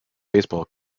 baseball